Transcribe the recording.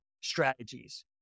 strategies